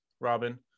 Robin